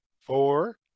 four